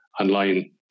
online